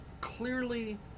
clearly